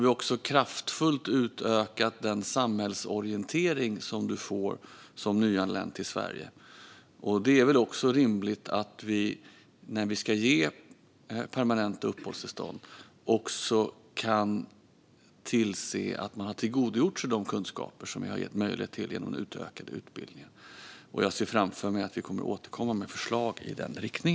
Vi har också kraftigt utökat den samhällsorientering de nyanlända får. Det är väl rimligt att vi när vi ska ge permanenta uppehållstillstånd också kan tillse att de har tillgodogjort sig de kunskaper vi har gett möjlighet till genom denna utökade utbildning. Jag ser framför mig att vi återkommer med förslag i denna riktning.